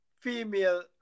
female